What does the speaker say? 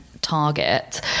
target